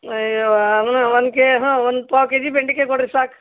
ಅಯ್ಯವ್ವ ಹಂಗೆ ಒಂದು ಕೆ ಹಾಂ ಒಂದು ಪಾವು ಕೆ ಜಿ ಬೆಂಡೆಕಾಯ್ ಕೊಡಿರಿ ಸಾಕು